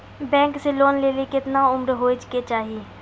Bank से loan लेली केतना उम्र होय केचाही?